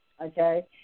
okay